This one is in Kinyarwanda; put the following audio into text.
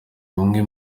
bumwe